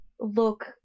look